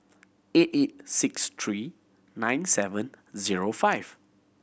eight eight six three nine seven zero five